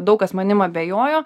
daug kas manim abejojo